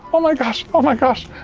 oh my gosh, oh my gosh.